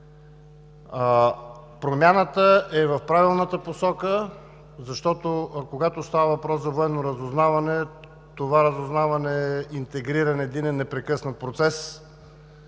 Промяната е в правилната посока, защото, когато става въпрос за военно разузнаване, то е единен интегриран непрекъснат процес